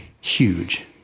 huge